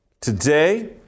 today